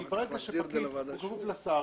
אם הפקיד כפוף לשר,